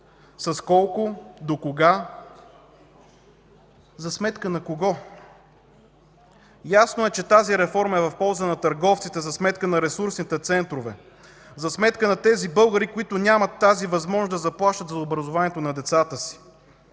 С колко, до кога, за сметка на кого? Ясно е, че тази реформа е в полза на търговците за сметка на ресурсните центрове, за сметка на тези българи, които нямат възможността да заплащат за образованието на децата си.